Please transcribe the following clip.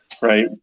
right